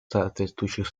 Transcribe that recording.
соответствующих